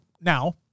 now